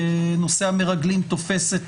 כי נושא המרגלים תופס את